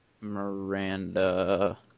Miranda